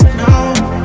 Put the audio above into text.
now